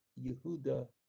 Yehuda